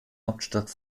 hauptstadt